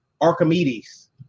Archimedes